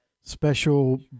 special